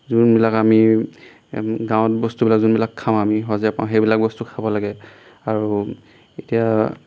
যোনবিলাক আমি গাঁৱত বস্তুবিলাক যোনবিলাক খাওঁ আমি সহজে পাওঁ সেইবিলাক বস্তু খাব লাগে আৰু এতিয়া